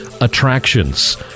attractions